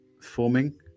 forming